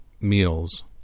meals